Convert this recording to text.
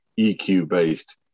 EQ-based